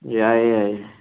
ꯌꯥꯏ ꯌꯥꯏ